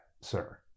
sir